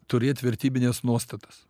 turėt vertybines nuostatas